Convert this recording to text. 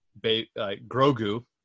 Grogu